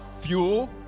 Fuel